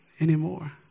anymore